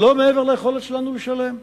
לא מעבר ליכולת שלנו לשלם,